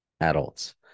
adults